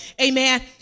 Amen